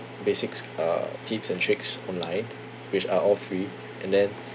basics uh tips and tricks online which are all free and then